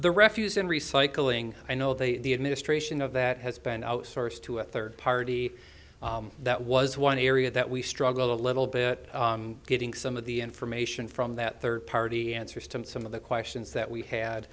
the refuse in recycling i know the administration of that has been outsourced to a third party that was one area that we struggled a little bit getting some of the information from that third party answers to some of the questions that we had